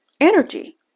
energy